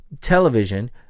television